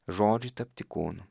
žodžiui tapti kūnu